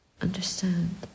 understand